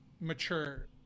mature